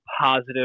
positive